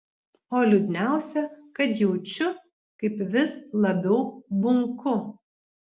o liūdniausia kad jaučiu kaip vis labiau bunku